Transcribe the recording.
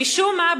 משום מה,